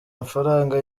mafaranga